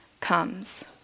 comes